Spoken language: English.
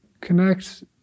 connect